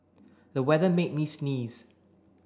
the weather made me sneeze